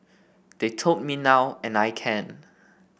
they told me now and I can